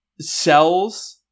sells